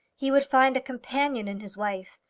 he would find a companion in his wife.